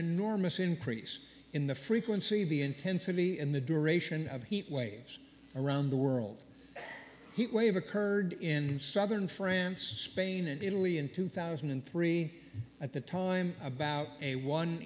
enormous increase in the frequency of the intensity in the duration of heat waves around the world heat wave occurred in southern france spain and italy in two thousand and three at the time about a one